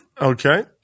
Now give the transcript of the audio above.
Okay